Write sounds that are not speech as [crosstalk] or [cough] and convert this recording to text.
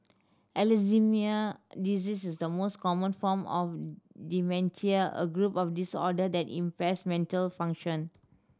[unintelligible] disease is the most common form of dementia a group of disorder that impairs mental function